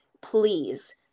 Please